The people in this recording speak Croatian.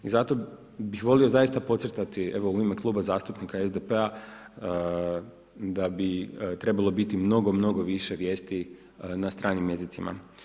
I zato bih volio zaista podcrtati u ime Kluba zastupnika SDP-a da bi trebalo biti mnogo više vijesti na stranim jezicima.